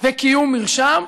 וקיום מרשם,